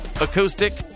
acoustic